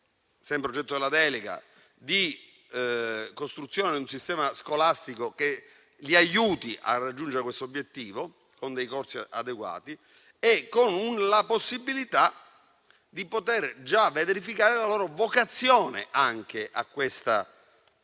sempre oggetto della delega, di costruzione di un sistema scolastico che li aiuti a raggiungere questo obiettivo con dei corsi adeguati e con la possibilità di poter già verificare la loro vocazione a questa professione,